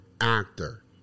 actor